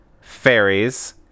fairies